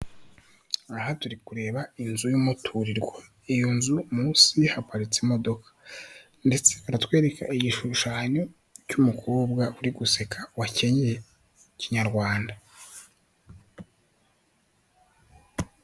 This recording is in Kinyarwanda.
Aha turi kureba inzu y'umuturirwa, iyo nzu munsi haparitse imodoka. Ndetse baratwereka igishushanyo cy'umukobwa uri guseka wakenyeye Kinyarwanda.